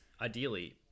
ideally